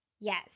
Yes